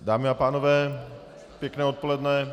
Dámy a pánové, pěkné odpoledne.